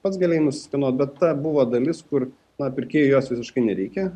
pats galėjai nusiskanuot bet ta buvo dalis kur na pirkėjui jos visiškai nereikia